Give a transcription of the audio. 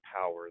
power